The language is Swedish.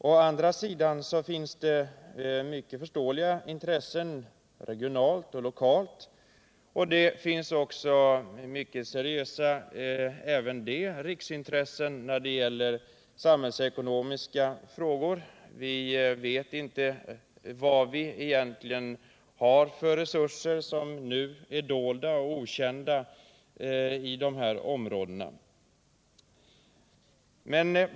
Å andra sidan finns det intressen regionalt och lokalt, men även riksintressen när det gäller samhällsekonomiska frågor. Vi vet inte vad vi egentligen har för resurser som nu är dolda och okända i dessa områden.